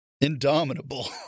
indomitable